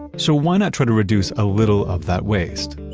so why not try to reduce a little of that waste?